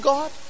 God